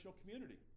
community